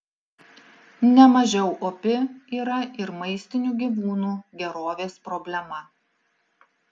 nemažiau opi yra ir maistinių gyvūnų gerovės problema